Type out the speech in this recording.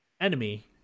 enemy